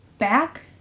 Back